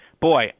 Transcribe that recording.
boy